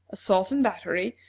assault and battery,